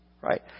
Right